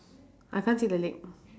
I can't see the leg